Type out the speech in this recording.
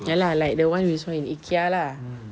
ya lah like the [one] we saw in IKEA lah